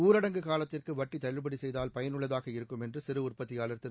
ஊரடங்கு காலத்திற்கு வட்டி தள்ளுபடி செய்தால் பயன் உள்ளதாக இருக்கும் என்று சிறு உற்பத்தியாளர் திரு